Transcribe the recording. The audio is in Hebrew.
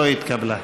לא התקבלה.